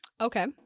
Okay